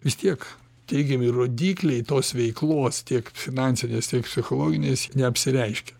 vis tiek teigiami rodikliai tos veiklos tiek finansinės tiek psichologinės neapsireiškia